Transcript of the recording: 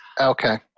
Okay